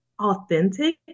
authentic